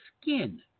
skin